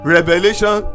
Revelation